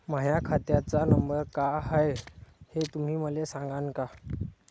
माह्या खात्याचा नंबर काय हाय हे तुम्ही मले सागांन का?